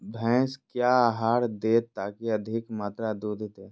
भैंस क्या आहार दे ताकि अधिक मात्रा दूध दे?